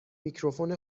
میکروفون